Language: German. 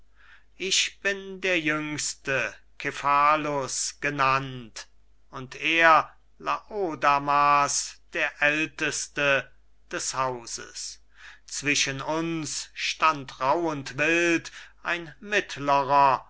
ich bin der jüngste cephalus genannt und er laodamas der älteste des hauses zwischen uns stand rauh und wild ein mittlerer